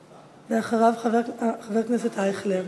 ואחריו, חבר הכנסת אייכלר.